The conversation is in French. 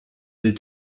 les